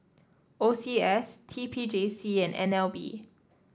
O C S T P J C and N L B